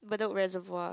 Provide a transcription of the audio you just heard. Bedok-Reservoir